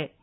HRD मंत्री